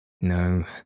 No